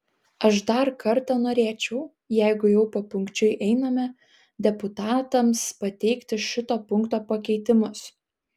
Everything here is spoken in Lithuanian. aš dar kartą norėčiau jeigu jau papunkčiui einame deputatams pateikti šito punkto pakeitimus